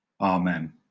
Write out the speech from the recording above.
Amen